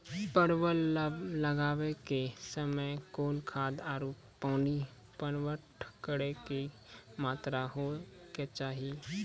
परवल लगाबै के समय कौन खाद आरु पानी पटवन करै के कि मात्रा होय केचाही?